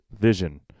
vision